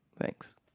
Thanks